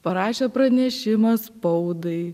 parašė pranešimą spaudai